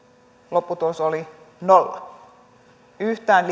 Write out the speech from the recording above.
lopputulos oli nolla yhtään